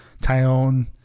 Tyone